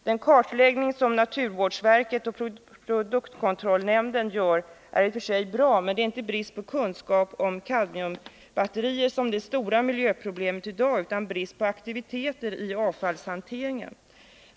Den kartläggning som naturvårdsverket och produktkontrollnämnden gör är i och för sig bra, men det är inte bristen på kunskap om kadmiumbatterier som är det stora miljöproblemet i dag, utan bristen på aktiviteter i avfallshanteringen.